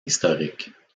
historique